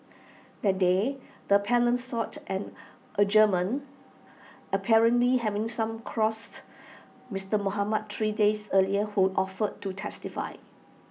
that day the appellant sought an adjournment apparently having some across Mister Mohamed three days earlier who offered to testify